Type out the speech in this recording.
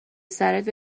سرت